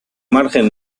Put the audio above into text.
margen